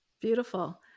Beautiful